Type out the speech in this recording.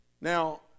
Now